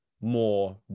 more